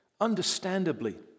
understandably